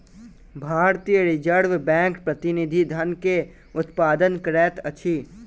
भारतीय reserve bank प्रतिनिधि धन के उत्पादन करैत अछि